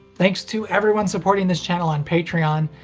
thanks to everyone supporting this channel on patreon.